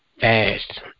fast